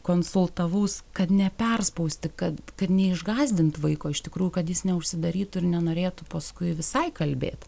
konsultavaus kad neperspausti kad kad neišgąsdint vaiko iš tikrųjų kad jis neužsidarytų ir nenorėtų paskui visai kalbėti